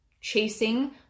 chasing